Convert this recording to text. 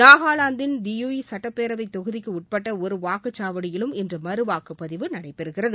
நாகாலாந்தின் தியூய் சட்டப்பேரவை தொகுதிக்கு உட்பட்ட ஒரு வாக்குச் சாவடியிலும் இன்று மறுவாக்குப் பதிவு நடைபெறுகிறது